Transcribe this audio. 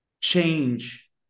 change